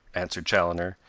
answered chaloner,